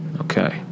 Okay